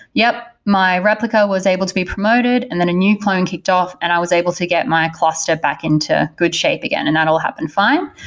yup, my replica was able to be promoted, and then a new clone kicked off and i was able to get my cluster back into good shape again, and that'll happen fine.